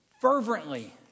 Fervently